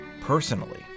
Personally